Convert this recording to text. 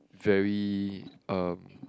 very uh